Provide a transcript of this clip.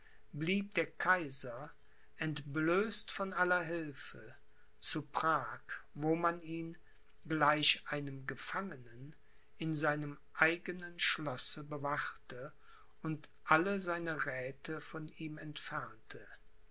blieb der kaiser entblößt von aller hilfe zu prag wo man ihn gleich einem gefangenen in seinem eigenen schlosse bewachte und alle seine räthe von ihm entfernte